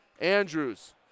Andrews